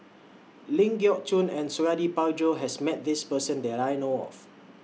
Ling Geok Choon and Suradi Parjo has Met This Person that I know of